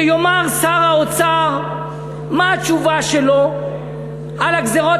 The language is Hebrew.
שיאמר שר האוצר מה התשובה שלו על הגזירות